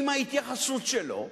עם ההתייחסות שלו,